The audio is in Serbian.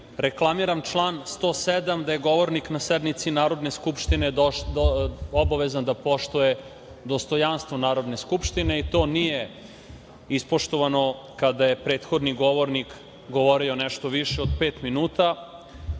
Hvala. Reklamiram član 107. da je govornik na sednici Narodne skupštine obavezan da poštuje dostojanstvo Narodne skupštine, i to nije ispoštovano kada je prethodni govornik govorio nešto više od pet minuta. Kaže